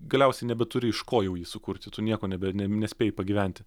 galiausiai nebeturi iš ko jau jį sukurti tu nieko nebe nespėji pagyventi